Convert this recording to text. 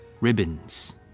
Ribbons